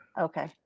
Okay